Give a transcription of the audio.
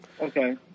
okay